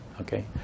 okay